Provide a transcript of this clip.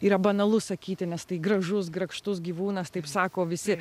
yra banalu sakyti nes tai gražus grakštus gyvūnas taip sako visi